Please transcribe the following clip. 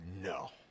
No